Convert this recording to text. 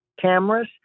cameras